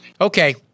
Okay